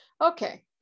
Okay